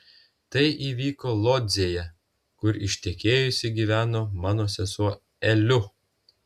tai įvyko lodzėje kur ištekėjusi gyveno mano sesuo eliu